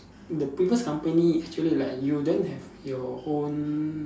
the previous company actually like you don't have your own